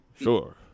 Sure